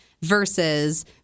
Versus